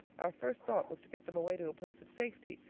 our first thought was to get them away to a place of safety,